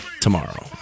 tomorrow